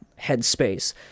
headspace